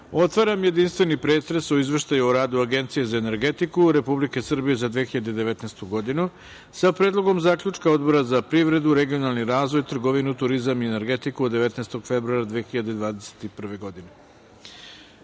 otvaram jedinstveni pretres o Izveštaju o radu Agencije za energetiku Republike Srbije za 2019. godinu, sa Predlogom zaključka Odbora za privredu, regionalni razvoj, trgovinu, turizam i energetiku, od 19. februara 2021. godine. Dajem